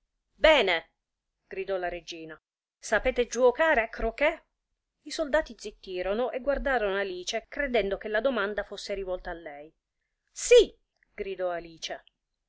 bene gridò la regina sapete giuocare a croquet i soldati zittirono e guardarono alice credendo che la domanda fosse rivolta a lei sì gridò alice